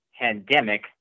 pandemic